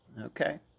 Okay